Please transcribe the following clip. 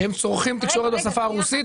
שהם צורכים תקשורת בשפה הרוסית?